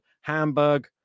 Hamburg